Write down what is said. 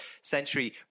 century